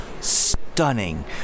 stunning